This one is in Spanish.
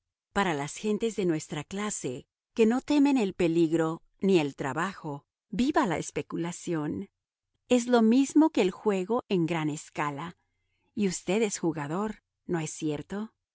para las gentes de nuestra clase que no temen el peligro ni el trabajo viva la especulación es lo mismo que el juego en gran escala y usted es jugador no es cierto